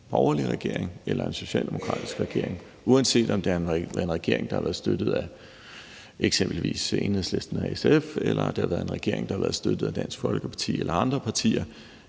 der har været en socialdemokratisk regering. Uanset om det har været en regering, der har været støttet af eksempelvis Enhedslisten og SF, eller det har været en regering, der har været støttet af Dansk Folkeparti eller andre partier,